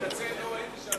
אדוני השר,